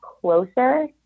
closer